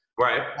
Right